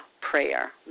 Prayer